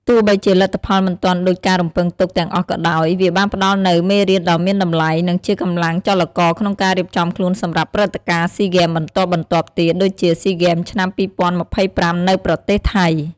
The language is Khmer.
ទោះបីជាលទ្ធផលមិនទាន់ដូចការរំពឹងទុកទាំងអស់ក៏ដោយ វាបានផ្ដល់នូវមេរៀនដ៏មានតម្លៃ និងជាកម្លាំងចលករក្នុងការរៀបចំខ្លួនសម្រាប់ព្រឹត្តិការណ៍ស៊ីហ្គេមបន្ទាប់ៗទៀត ដូចជា ស៊ីហ្គេមឆ្នាំ ២០២៥ នៅប្រទេសថៃ។